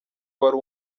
wari